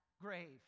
grave